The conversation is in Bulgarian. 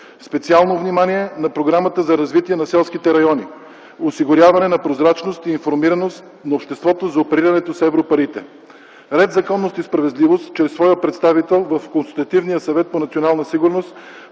специално внимание на Програмата за развитие на селските райони; осигуряване на прозрачност и информираност на обществото за оперирането с европарите. „Ред, законност и справедливост” чрез своя представител в Консултативния съвет по национална сигурност